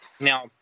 Now